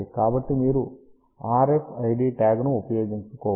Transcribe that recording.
కాబట్టి మీరు RFID ట్యాగ్ను ఉపయోగించుకోవచ్చు